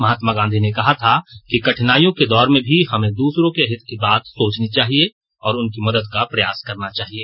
महात्मा गांधी ने कहा था कि कठिनाइयों के दौर में भी हमें दुसरों के हित की बात सोचनी चाहिए और उनकी मदद का प्रयास करना चाहिए